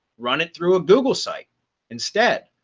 run it through a google site instead.